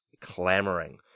clamoring